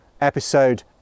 episode